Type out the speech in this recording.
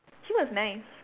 he was nice